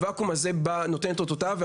הוואקום הזה בא ונותן את אותותיו.